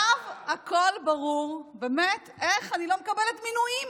עכשיו הכול ברור, באמת, איך אני לא מקבלת מינויים: